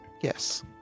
Yes